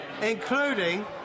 including